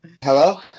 Hello